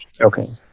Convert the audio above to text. Okay